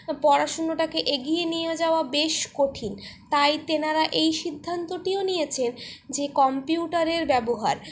পড়াশোনাটাকে এগিয়ে নিয়ে যাওয়া বেশ কঠিন তাই তেনারা এই সিদ্ধান্তটিও নিয়েছে যে কম্পিউটারের ব্যবহার